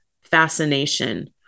fascination